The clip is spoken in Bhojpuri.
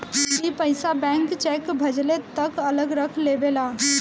ई पइसा बैंक चेक भजले तक अलग रख लेवेला